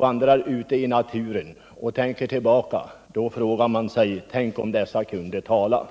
vandrar ute i naturen och ser dem säger man sig: Tänk om dessa kunde tala!